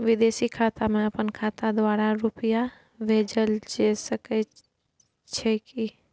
विदेशी खाता में अपन खाता द्वारा रुपिया भेजल जे सके छै की?